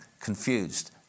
confused